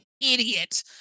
idiot